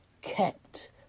kept